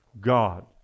God